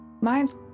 Mine's